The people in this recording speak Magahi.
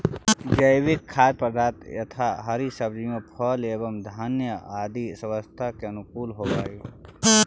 जैविक खाद्य पदार्थ यथा हरी सब्जियां फल एवं धान्य आदि स्वास्थ्य के अनुकूल होव हई